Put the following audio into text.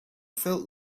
felt